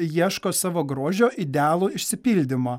ieško savo grožio idealų išsipildymo